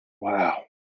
Wow